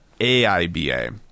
AIBA